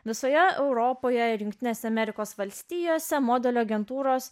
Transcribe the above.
visoje europoje ir jungtinėse amerikos valstijose modelių agentūros